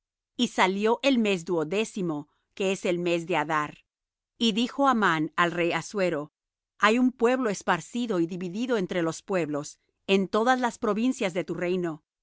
y salió el mes duodécimo que es el mes de adar y dijo amán al rey assuero hay un pueblo esparcido y dividido entre los pueblos en todas las provincias de tu reino